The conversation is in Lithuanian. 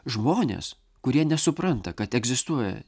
žmonės kurie nesupranta kad egzistuoja